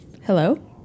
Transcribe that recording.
Hello